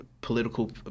political